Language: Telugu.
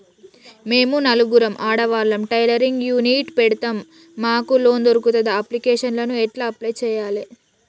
మేము నలుగురం ఆడవాళ్ళం టైలరింగ్ యూనిట్ పెడతం మాకు లోన్ దొర్కుతదా? అప్లికేషన్లను ఎట్ల అప్లయ్ చేయాలే?